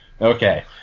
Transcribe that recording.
Okay